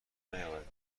نیاوردیم